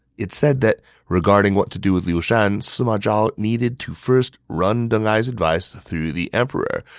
it said that regarding what to do with liu shan, sima zhao needed to first run deng ai's advice through the emperor,